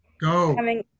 Go